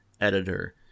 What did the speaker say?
editor